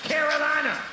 Carolina